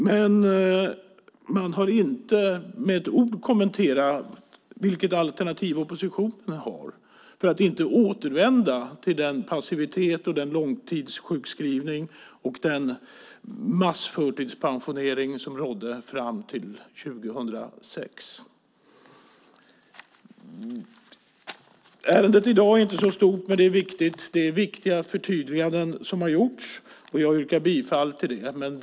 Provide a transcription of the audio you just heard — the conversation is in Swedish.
Men de har inte med ett ord kommenterat vilket alternativ som oppositionen har för att man inte ska återvända till den passivitet, långtidssjukskrivning och massförtidspensionering som rådde fram till 2006. Ärendet i dag är inte så stort, men det är viktigt. Det är viktiga förtydliganden som har gjorts. Jag yrkar bifall till förslaget i betänkandet.